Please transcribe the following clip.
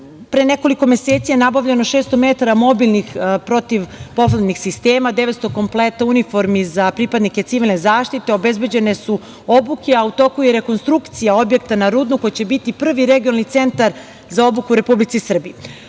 Pre nekoliko meseci je nabavljeno 600 metara mobilnih protivpoplavnih sistema, 900 kompleta uniformi za pripadnike civilne zaštite, obezbeđene su obuke, a u toku je i rekonstrukcija objekta na Rudnu, koji će biti prvi regionalni centar za obuku u Republici Srbiji.